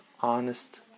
honest